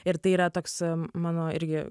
ir tai yra toks mano irgi